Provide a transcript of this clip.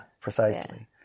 precisely